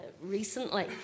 recently